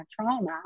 trauma